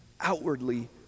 outwardly